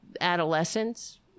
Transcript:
adolescents